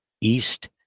east